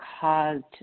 caused